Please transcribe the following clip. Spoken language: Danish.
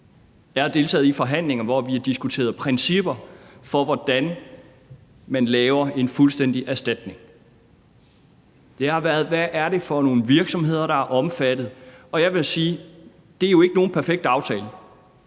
Jeg har deltaget i forhandlinger, hvor vi har diskuteret principper for, hvordan man laver en fuldstændig erstatning. Det har omhandlet, hvad det er for nogle virksomheder, der er omfattet. Og jeg vil sige, at det jo ikke er nogen perfekt aftale,